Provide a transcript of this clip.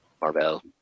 Marvel